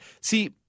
See